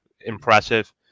impressive